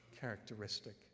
characteristic